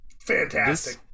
fantastic